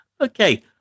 Okay